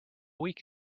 week